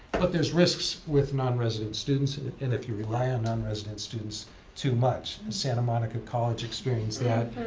but there's risks with nonresident students. and if you rely on nonresident students too much, santa monica college experienced that.